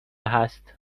هست